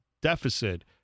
deficit